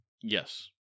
Yes